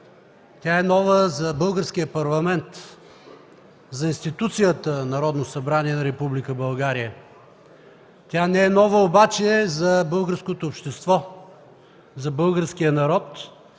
Тя е нова за Българския парламент, за институцията Народно събрание на Република България. Тя не е нова обаче за българското общество, за българския народ.